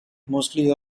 mostly